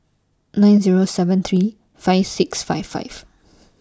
nine Zero seven three five five six six